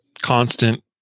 constant